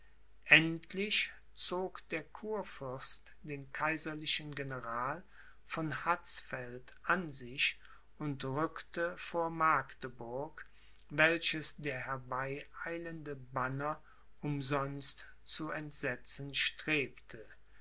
endlich zog der kurfürst den kaiserlichen general von hatzfeld an sich und rückte vor magdeburg welches der herbeieilende banner umsonst zu entsetzen strebte